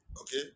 Okay